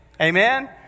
Amen